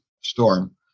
storm